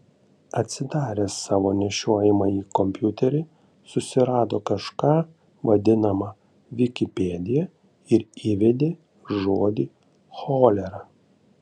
atsidaręs savo nešiojamąjį kompiuterį susirado kažką vadinamą vikipedija ir įvedė žodį cholera